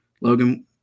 Logan